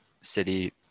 City